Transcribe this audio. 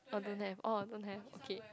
oh don't have orh don't have okay